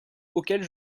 auxquels